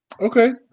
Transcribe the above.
Okay